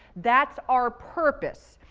that's our purpose.